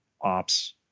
ops